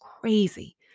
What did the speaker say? crazy